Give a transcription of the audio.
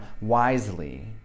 wisely